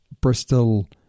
Bristol